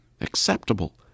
acceptable